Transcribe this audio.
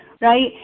right